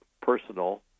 personal